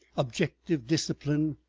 objective discipline,